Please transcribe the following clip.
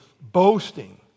boasting